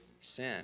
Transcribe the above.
sin